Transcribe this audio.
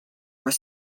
were